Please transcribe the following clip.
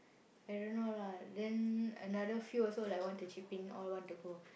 I don't know lah then another few also like want to chip in all want to go